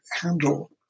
handle